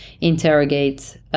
interrogate